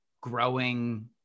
growing